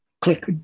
click